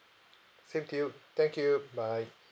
same to you thank you bye